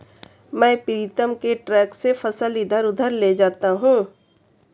मैं प्रीतम के ट्रक से फसल इधर उधर ले जाता हूं